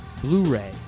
Blu-ray